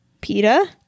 Peta